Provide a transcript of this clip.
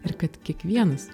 ir kad kiekvienas